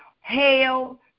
Hail